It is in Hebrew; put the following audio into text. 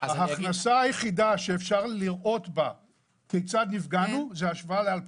ההכנסה היחידה שאפשר להשוות אליה לצורך